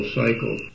cycle